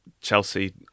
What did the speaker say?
Chelsea